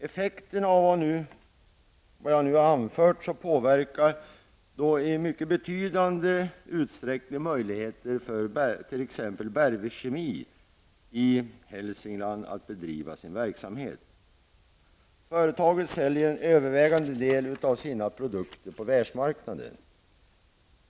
Effekterna av vad jag nu har anfört påverkar i betydande utsträckning möjligheterna för t.ex. Bergvik Kemi i Hälsingland att bedriva sin verksamhet. Företaget säljer en övervägande del av sina produkter på världsmarknaden.